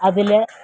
അതിൽ